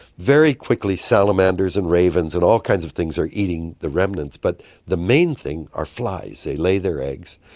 very quickly salamanders and ravens and all kinds of things are eating the remnants, but the main thing are flies, they lay their eggs,